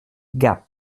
gap